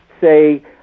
say